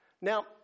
Now